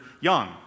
young